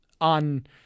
on